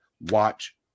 watch